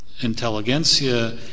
intelligentsia